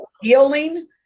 Healing